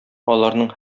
аларның